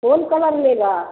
कोन colour लेगा